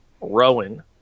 Rowan